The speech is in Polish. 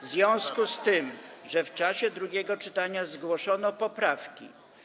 W związku z tym, że w czasie drugiego czytania zgłoszono poprawki.